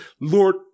Lord